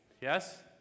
Yes